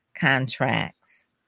contracts